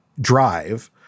drive